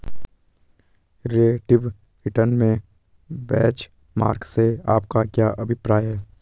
Relative return में benchmark से आपका क्या अभिप्राय है?